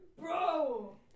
Bro